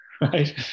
right